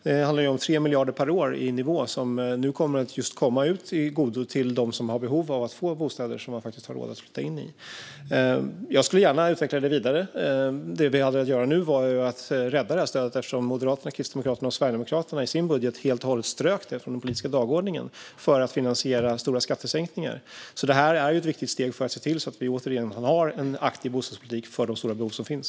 Det handlar om en nivå på 3 miljarder per år. Detta kommer att komma dem till godo som har behov av bostäder som de har råd att flytta in i. Jag skulle gärna utveckla detta vidare. Nu kunde vi bara rädda stödet. Moderaterna, Kristdemokraterna och Sverigedemokraterna strök det ju helt och hållet i sin budget från den politiska dagordningen för att finansiera stora skattesänkningar. Detta är alltså ett viktigt steg för att vi återigen ska ha en aktiv bostadspolitik för de stora behov som finns.